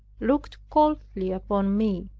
looked coldly upon me.